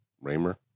Raymer